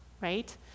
right